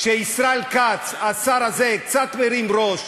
כשישראל כץ, השר הזה, קצת מרים ראש,